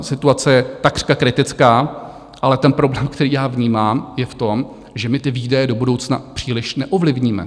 Situace je takřka kritická, ale ten problém, který já vnímám, je v tom, že my ty výdaje do budoucna příliš neovlivníme.